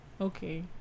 okay